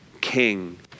King